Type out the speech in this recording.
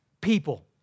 people